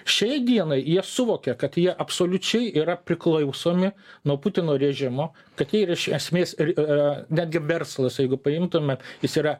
šiai dienai jie suvokia kad jie absoliučiai yra priklausomi nuo putino režimo kad jie ir iš esmės ir netgi verslas jeigu paimtumėt jis yra